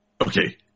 Okay